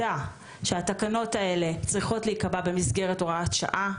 התקנות האלה נקבעות במסגרת הוראת שעה,